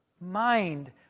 mind